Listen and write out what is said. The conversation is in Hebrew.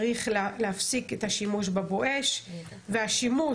צריך להפסיק את השימוש ב"בואש" והשימוש,